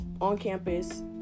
on-campus